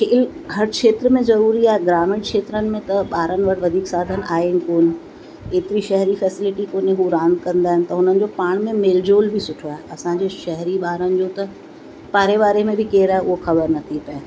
खेल हर क्षेत्र में ज़रूरी आहे ग्रामीण क्षेत्रनि में त ॿारनि वटि वधीक साधन आहिनि कोन एतिरी शहरी फ़ेसिलिटी कोन्हे हू रांदि कंदा आहिनि त हुननि जो पाण में मेल जोल बि सुठो आहे असांजे शहरी ॿारनि जो त पाड़े वारे में बि केरु आहे उहा ख़बर नथी पए